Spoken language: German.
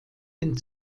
den